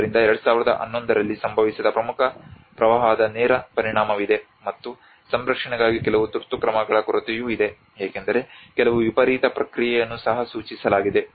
ಆದ್ದರಿಂದ 2011 ರಲ್ಲಿ ಸಂಭವಿಸಿದ ಪ್ರಮುಖ ಪ್ರವಾಹದ ನೇರ ಪರಿಣಾಮವಿದೆ ಮತ್ತು ಸಂರಕ್ಷಣೆಗಾಗಿ ಕೆಲವು ತುರ್ತು ಕ್ರಮಗಳ ಕೊರತೆಯೂ ಇದೆ ಏಕೆಂದರೆ ಕೆಲವು ವಿಪರೀತ ಪ್ರಕ್ರಿಯೆಯನ್ನೂ ಸಹ ಸೂಚಿಸಲಾಗಿದೆ